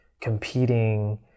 competing